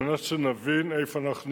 כדי שנבין איפה אנחנו נמצאים.